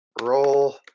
roll